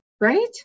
right